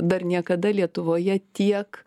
dar niekada lietuvoje tiek